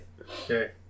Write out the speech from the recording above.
Okay